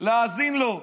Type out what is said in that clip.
להאזין לו,